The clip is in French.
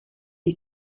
est